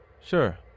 sure